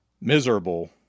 miserable